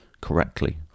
Correctly